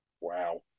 Wow